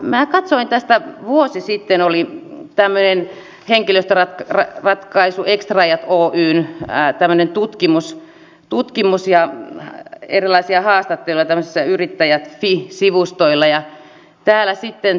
minä katsoin tästä vuosi sitten olin tälleen henkilöt ovat kaisu ei oli tämmöinen henkilöstöratkaisu extraajat oyn tutkimus ja erilaisia haastatteluja tämmöisellä yrittajat